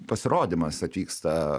pasirodymas atvyksta